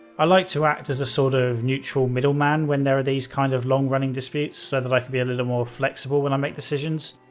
i like to act as a sort of neutral middle man when there are these kinds of long running disputes, so that i can be a little more flexible when i make decisions.